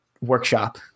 workshop